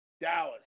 Dallas